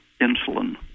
insulin